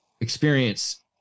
experience